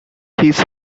his